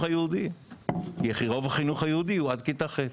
היהודי כי רוב החינוך היהודי הוא עד כיתה ח'.